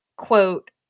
Quote